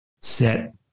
set